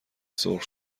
سرخ